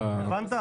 הבנת?